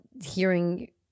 hearing